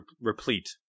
replete